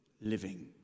living